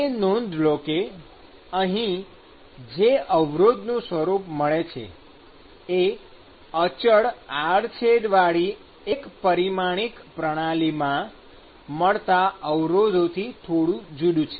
એ નોંધ લો કે અહી જે અવરોધનું સ્વરૂપ મળે છે એ અચળ આડછેદવાળી એક પરિમાણિક પ્રણાલીમાં મળતા અવરોધથી થોડુ જુદું છે